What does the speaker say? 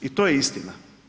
I to je istina.